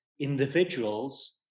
individuals